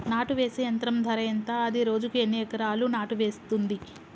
నాటు వేసే యంత్రం ధర ఎంత? అది రోజుకు ఎన్ని ఎకరాలు నాటు వేస్తుంది?